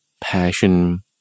passion